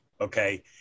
okay